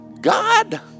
God